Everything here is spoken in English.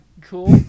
Cool